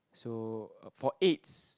so for Aids